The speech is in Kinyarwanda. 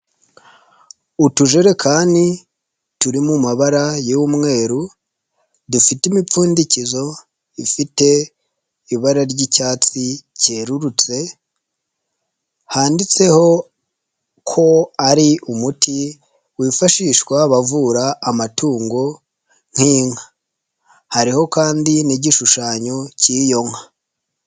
Utujerekani turi mu mabara y'umweru, dufite imipfundikizo ifite ibara ry'icyatsi, kerurutse handitseho ko ari umuti wifashishwa abavura amatungo nk'inka, hariho kandi n'igishushanyo k'iyo nka.